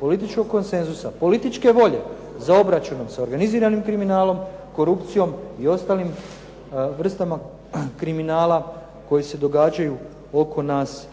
političkog konsenzusa i političke volje za obračun sa organiziranim kriminalom, korupcijom i ostalim vrstama kriminala koji se događaju oko nas